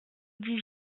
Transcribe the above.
dix